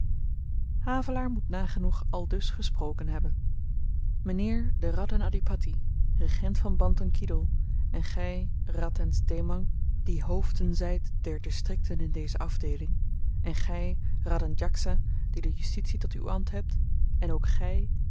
havelaar moet nagenoeg aldus gesproken hebben mynheer de radhen adhipatti regent van bantan kidoel en gy radhens dhemang die hoofden zyt der distrikten in deze afdeeling en gy radhen djaksa die de justitie tot uw ambt hebt en ook gy